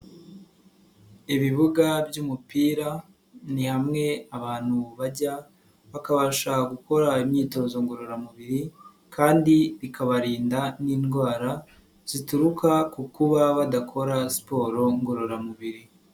Ibibuga by'umupira ni hamwe abantu bajya bakabasha gukora imyitozo ngororamubiri kandi bikabarinda n'indwara zituruka ku kuba badakora siporo ngororamubiri.